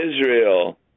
Israel